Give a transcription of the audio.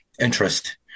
interest